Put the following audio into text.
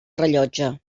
rellotge